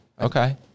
Okay